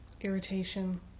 irritation